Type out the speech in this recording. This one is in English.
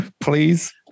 Please